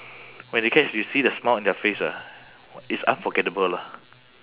when they catch you see the smile in their face ah it's unforgettable lah